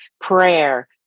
prayer